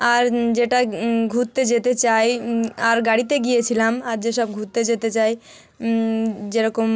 আর যেটা ঘুরতে যেতে চাই আর গাড়িতে গিয়েছিলাম আর যেসব ঘুরতে যেতে চাই যেরকম